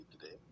today